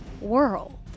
world